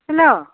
hello